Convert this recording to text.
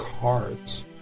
cards